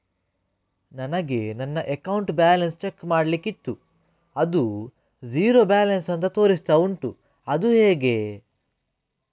ನನಗೆ ನನ್ನ account balance check ಮಾಡ್ಲಿಕ್ಕಿತ್ತು ಅದು ಝೀರೋ ಬ್ಯಾಲೆನ್ಸ್ ಅಂತ ತೋರಿಸ್ತಾ ಉಂಟು ಅದು ಹೇಗೆ?